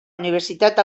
universitat